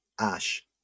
Ash